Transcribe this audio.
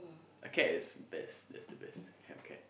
a cat is best that's the best have a cat